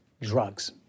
Drugs